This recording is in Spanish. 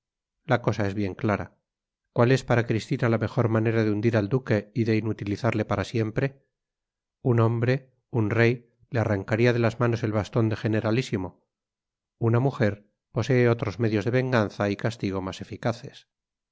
la cosa es bien clara cuál es para cristina la mejor manera de hundir al duque y de inutilizarle para siempre un hombre un rey le arrancaría de las manos el bastón de generalísimo una mujer posee otros medios de venganza y castigo más eficaces